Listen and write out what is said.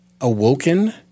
awoken